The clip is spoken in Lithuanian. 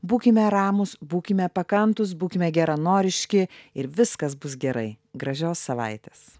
būkime ramūs būkime pakantūs būkime geranoriški ir viskas bus gerai gražios savaitės